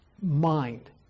mind